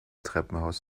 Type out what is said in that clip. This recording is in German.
treppenhaus